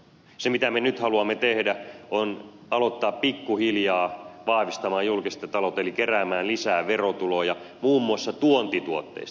se mitä me nyt haluamme tehdä on alkaa pikkuhiljaa vahvistaa julkista taloutta eli kerätä lisää verotuloja muun muassa tuontituotteista